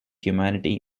humanity